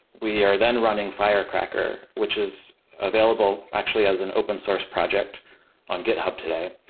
we are then running firecracker, which is available actually as an open source project on github today,